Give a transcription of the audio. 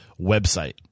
website